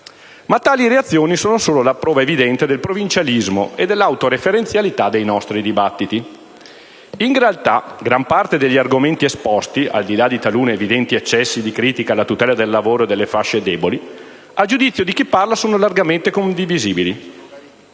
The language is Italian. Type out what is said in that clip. Ma tali reazioni sono solo la prova evidente del provincialismo e dell'autoreferenzialità dei nostri dibattiti. In realtà, gran parte degli argomenti esposti, al di là di taluni evidenti eccessi di critica alla tutela del lavoro e delle fasce deboli, a giudizio di chi parla, sono largamente condivisibili.